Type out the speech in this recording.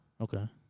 Okay